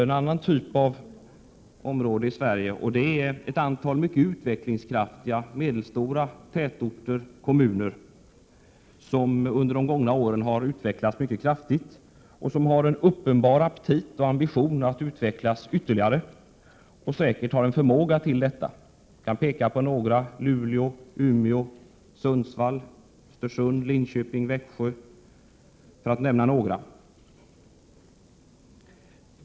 En annan typ av områden i Sverige är ett antal mycket utvecklingskraftiga medelstora tätorter och kommuner, som under de gångna åren har utvecklats mycket kraftigt och uppenbarligen har en aptit och ambition att utvecklas ytterligare, vilket de säkert också har förmåga till. Det är orter som Luleå, Umeå, Sundsvall, Linköping, Östersund, Växjö, för att nämna några.